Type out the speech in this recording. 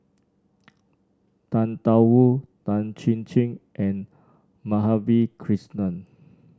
Tang Da Wu Tan Chin Chin and Madhavi Krishnan